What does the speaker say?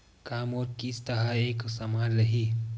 का मोर किस्त ह एक समान रही?